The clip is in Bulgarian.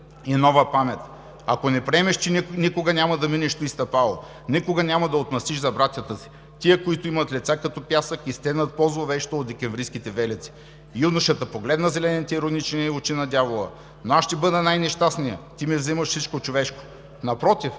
и нова памет! Ако не приемеш, ти никога няма да минеш туй стъпало, никога няма да отмъстиш за братята си – тия, които имат лица като пясък и стенат по-зловещо от декемврийските виелици. Юношата погледна зелените иронични очи на Дявола: – Но аз ще бъда най-нещастният. Ти ми взимаш всичко човешко. – Напротив